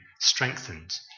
strengthened